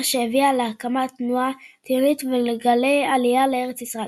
שהביאה להקמת התנועה הציונית ולגלי עלייה לארץ ישראל.